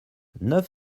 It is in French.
neuf